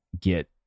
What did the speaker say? get